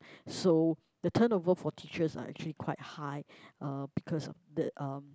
so the turnover for teachers are actually quite high uh because the um